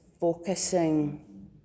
focusing